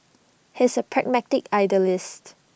he is A pragmatic idealist